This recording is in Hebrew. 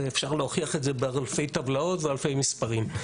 אפשר להוכיח את זה באלפי טבלאות ואלפי מספרים.